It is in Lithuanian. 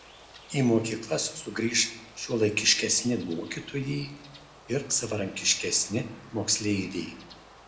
į mokyklas sugrįš šiuolaikiškesni mokytojai ir savarankiškesni moksleiviai